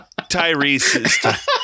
Tyrese